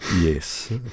Yes